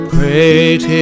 Great